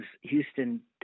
Houston